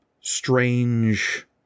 strange